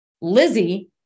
Lizzie